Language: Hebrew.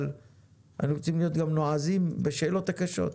אבל אנחנו צריכים גם להיות נועזים בשאלות הקשות,